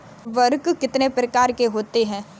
उर्वरक कितने प्रकार के होते हैं?